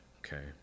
Okay